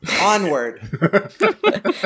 Onward